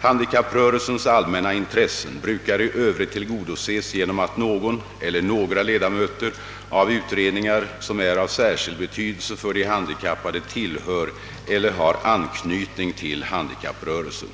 Handikapprörelsens allmänna intressen brukar i Öövrigt tillgodoses genom att någon eller några ledamöter av utredningar som är av särskild betydelse för de handikappade tillhör eller har anknytning till handikapprörelsen.